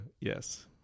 yes